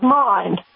mind